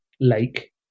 lake